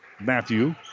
Matthew